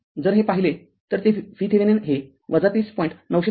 जर हे पाहिले तर ते VThevenin हे ३०